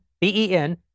B-E-N